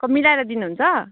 क मिलाएर दिनुहुन्छ